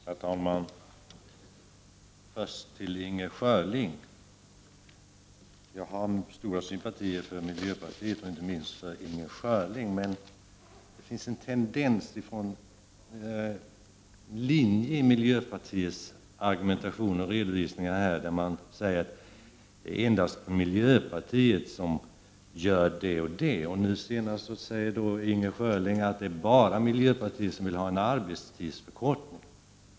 Herr talman! Jag vänder mig först till Inger Schörling. Jag har stora sympatier för miljöpartiet och inte minst för Inger Schörling. Men det finns en linje i miljöpartiets argumentation och redovisningar som går ut på att endast miljöpartiet gör det och det. Senast sade Inger Schörling att det bara är miljöpartiet som vill ha en arbetstidsförkortning.